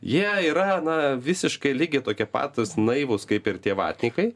jie yra na visiškai lygiai tokie patys naivūs kaip ir tie vatnikai